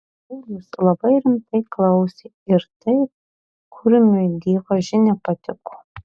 paulius labai rimtai klausė ir tai kurmiui dievaži nepatiko